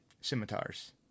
scimitars